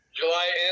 July